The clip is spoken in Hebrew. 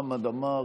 חבר הכנסת חמד עמאר,